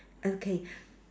okay